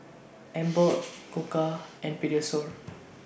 Emborg Koka and Pediasure